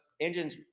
engines